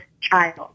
child